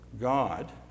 God